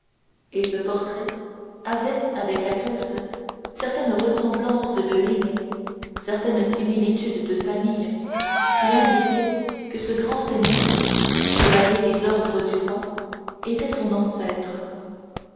et ce portrait avait avec athos certaines ressemblances de lignes certaines similitudes de famille qui indiquaient que ce grand seigneur chevalier des ordres du roi était son ancêtre